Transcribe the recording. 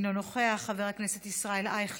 אינו נוכח, חבר הכנסת ישראל אייכלר,